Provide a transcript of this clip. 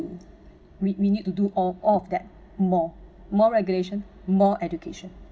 we we need to do all all of that more more regulation more education